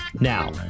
Now